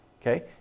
Okay